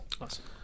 Awesome